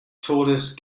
tallest